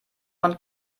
von